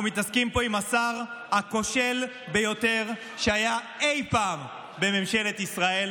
אנחנו מתעסקים פה עם השר הכושל ביותר שהיה אי פעם בממשלת ישראל.